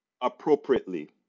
appropriately